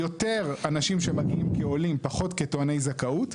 יותר אנשים שמגיעים כעולים ופחות כטועני זכאות.